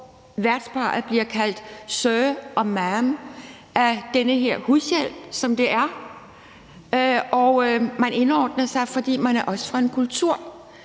hvor værtsparret bliver kaldt sir og ma'am af den her hushjælp, som det er, og man indordner sig, fordi man også er fra en kultur,